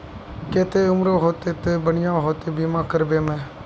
केते उम्र होते ते बढ़िया होते बीमा करबे में?